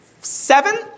seven